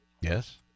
Yes